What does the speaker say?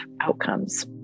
outcomes